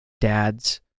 dads